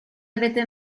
avete